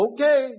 Okay